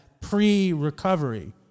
pre-recovery